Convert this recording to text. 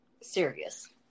serious